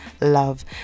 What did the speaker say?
love